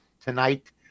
tonight